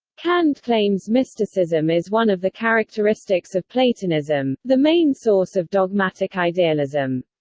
kant claims mysticism is one of the characteristics of platonism, the main source of dogmatic idealism.